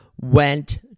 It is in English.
went